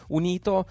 unito